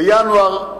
בינואר,